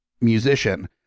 musician